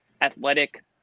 athletic